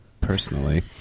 personally